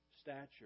stature